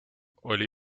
oli